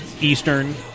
Eastern